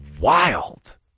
wild